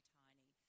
tiny